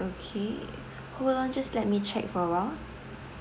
okay hold on just let me check for a while